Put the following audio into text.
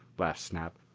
laughed snap.